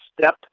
step